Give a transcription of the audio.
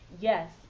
Yes